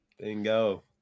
Bingo